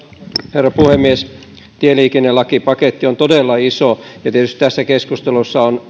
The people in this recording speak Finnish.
herra puhemies tieliikennelakipaketti on todella iso ja tietysti tässä keskustelussa on